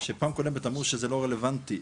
שפעם קודמת אמרו שזה לא רלוונטי,